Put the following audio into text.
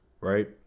right